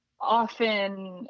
often